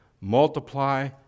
multiply